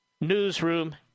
newsroom